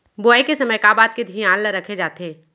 बुआई के समय का का बात के धियान ल रखे जाथे?